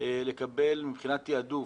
לקבל תיעדוף,